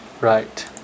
Right